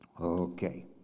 Okay